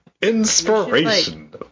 Inspiration